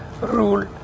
rule